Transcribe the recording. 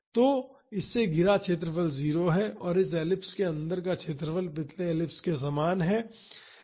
तो इससे घिरा क्षेत्र 0 है और इस एलिप्स के अंदर का क्षेत्र पिछले एलिप्स के समान है